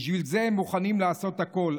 בשביל זה הם מוכנים לעשות הכול,